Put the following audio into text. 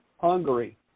Hungary